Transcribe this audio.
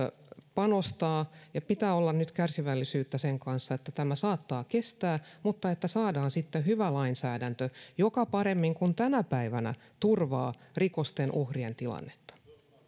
panostaa ja pitää olla nyt kärsivällisyyttä tämän kanssa tämä saattaa kestää mutta saadaan sitten hyvä lainsäädäntö joka paremmin kuin tänä päivänä turvaa rikosten uhrien tilannetta